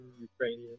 Ukrainian